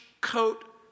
coat